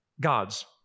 gods